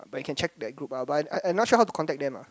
but you can check that group but I'm I not sure how to contact them ah